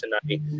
tonight